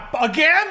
again